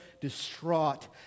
distraught